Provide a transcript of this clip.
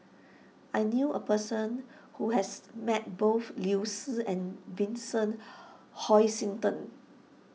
I knew a person who has met both Liu Si and Vincent Hoisington